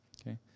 okay